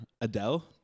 Adele